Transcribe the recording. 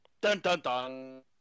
Dun-dun-dun